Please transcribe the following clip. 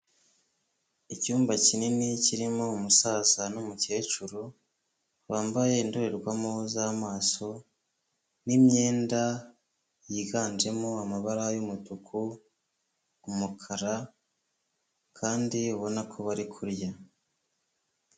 Icyumba kinini kirimo umusaza n'umukecuru, bambaye indorerwamo z'amaso n'imyenda yiganjemo amabara y'umutuku, umukara, kandi ubona ko bari kurya.